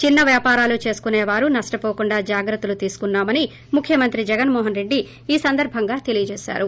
చిన్న వ్యాపారాలు చేసుకుసేవారు నష్షనోకుండా జాగ్రత్తలు తీసుకున్నామని ముఖ్యమంత్రి జగన్మోహన్ రెడ్డి ఈ సందర్భంగా తెలియజేశారు